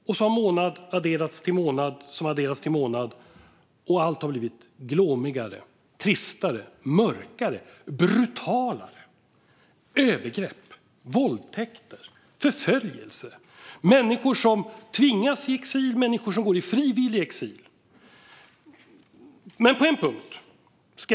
Men månad har adderats till månad, och allt har blivit glåmigare, tristare, mörkare och brutalare med övergrepp, våldtäkter och förföljelse. Människor tvingas i exil eller går i frivillig exil.